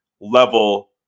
level